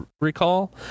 recall